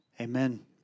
Amen